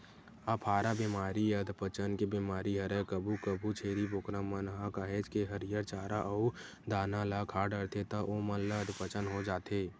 अफारा बेमारी अधपचन के बेमारी हरय कभू कभू छेरी बोकरा मन ह काहेच के हरियर चारा अउ दाना ल खा डरथे त ओमन ल अधपचन हो जाथे